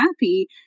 happy